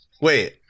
Wait